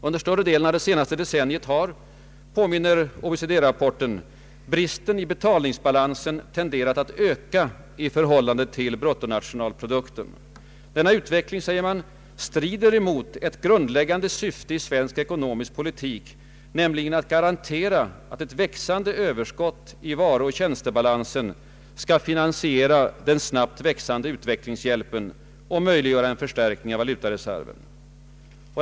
Under större delen av det senaste decenniet har — erinrar OECD-rapporien — bristen i betalningsbalansen tenderat att öka i förhållande till bruttonationalprodukten. Denna utveckling, säger man, strider emot ett grundläggande syfte i svensk ekonomisk politik, nämligen att garantera att ett växande överskott i varuoch tjänstebalansen skall finansiera den snabbt växande utvecklingshjälpen och möjliggöra en förstärkning av valutareserven.